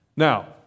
Now